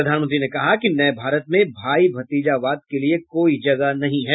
प्रधानमंत्री ने कहा कि नये भारत में भाई भतीजावाद के लिए कोई जगह नहीं है